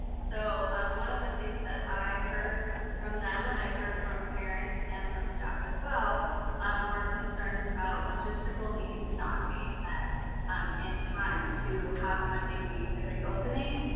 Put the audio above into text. so one of the things that i heard from them, and i've heard from parents and from staff as well um were concerns about logistical needs not being met um in time to have monday be the reopening.